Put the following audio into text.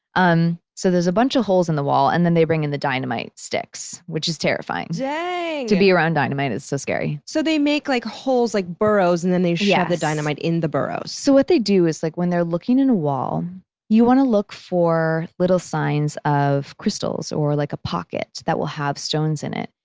um so, there's a bunch of holes in the wall and then they bring in the dynamite sticks, which is terrifying. yeah to be around dynamite is so scary. so they make, like like, burrows, and then they shove yeah the dynamite in the burrow? yes. so, what they do is, like, when they're looking in a wall you want to look for little signs of crystals, or like a pocket that will have stones in it.